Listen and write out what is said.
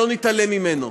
לא נתעלם ממנו.